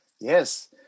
Yes